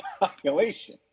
population